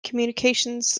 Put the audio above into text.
communications